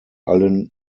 allen